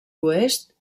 oest